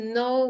no